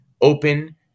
open